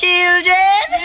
Children